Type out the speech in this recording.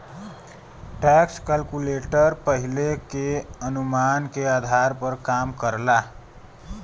tax calculator पहिले के अनुमान के आधार पर काम करला